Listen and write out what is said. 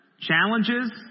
challenges